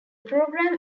program